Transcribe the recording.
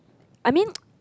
I mean